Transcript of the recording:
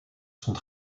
sont